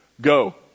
Go